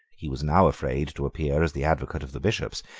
he was now afraid to appear as the advocate of the bishops,